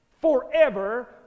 forever